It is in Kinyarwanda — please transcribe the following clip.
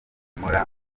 mpora